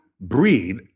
breed